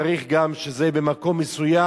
צריך גם שזה יהיה במקום מסוים,